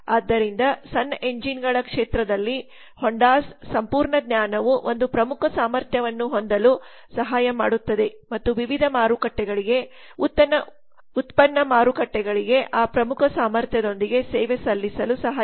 ಆದ್ದರಿಂದ ಸಣ್ಣ ಎಂಜಿನ್ಗಳ ಕ್ಷೇತ್ರದಲ್ಲಿ ಹೊಂಡಾಸ್ ಸಂಪೂರ್ಣ ಜ್ಞಾನವು ಒಂದು ಪ್ರಮುಖ ಸಾಮರ್ಥ್ಯವನ್ನು ಹೊಂದಲು ಸಹಾಯ ಮಾಡುತ್ತದೆ ಮತ್ತು ವಿವಿಧ ಮಾರುಕಟ್ಟೆಗಳಿಗೆ ಉತ್ಪನ್ನ ಮಾರುಕಟ್ಟೆಗಳಿಗೆ ಆ ಪ್ರಮುಖ ಸಾಮರ್ಥ್ಯದೊಂದಿಗೆ ಸೇವೆ ಸಲ್ಲಿಸಲು ಸಹಾಯ ಮಾಡುತ್ತದೆ